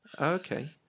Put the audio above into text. okay